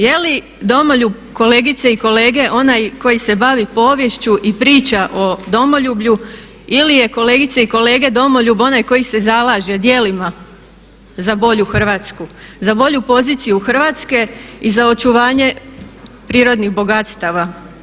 Jeli domoljub, kolegice i kolege onaj koji se bavi poviješću i priča o domoljublju ili je kolegice i kolege domoljub onaj koji se zalaže djelima za bolju Hrvatsku, za bolju poziciju Hrvatske i za očuvanje prirodnih bogatstava?